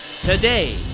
Today